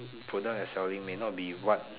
product you're selling may not be what